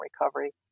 recovery